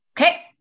Okay